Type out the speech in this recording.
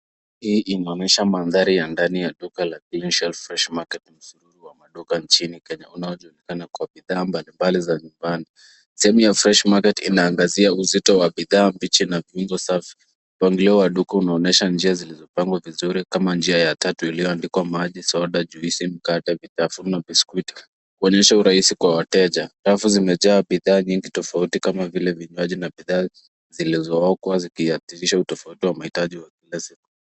Hii inaonyesha mandhari ya ndani ya duka la clean shelf fresh market msururu wa maduka nchini Kenya unaojulikana kwa bidhaa mbalimbali za nyumbani. Sehemu ya fresh market inaangazia uzito wa bidhaa mbichi na gumzo safi, mpangilio wa duka unaonyesha njia zilizopangwa vizuri kama njia ya tatu iliyoandikwa; maji ,soda ,juisi ,mkate ,vitafuno ,biskuti kuonyesha urahisi kwa wateja ,rafu zimejaa bidhaa nyingi tofauti kama vile vinywaji na bidhaa zilizookwa zikiathirisha tofauti wa mahitaji ya kila siku.